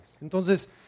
Entonces